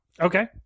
Okay